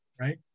right